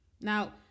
Now